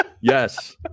Yes